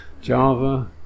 Java